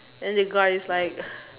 then the guy is like